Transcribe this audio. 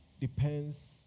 depends